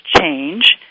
change